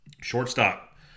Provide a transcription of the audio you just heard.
Shortstop